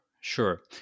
sure